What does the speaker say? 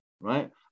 right